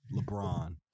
LeBron